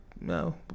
no